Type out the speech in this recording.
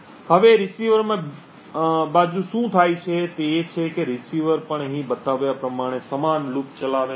હવે રીસીવર બાજુ શું થાય છે તે એ છે કે રીસીવર પણ અહીં બતાવ્યા પ્રમાણે સમાન લૂપ ચલાવે છે